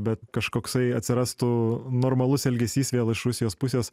bet kažkoksai atsirastų normalus elgesys vėl iš rusijos pusės